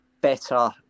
better